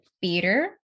theater